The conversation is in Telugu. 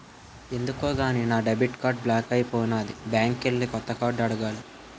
ఎందుకో గాని నా డెబిట్ కార్డు బ్లాక్ అయిపోనాది బ్యాంకికెల్లి కొత్త కార్డు అడగాల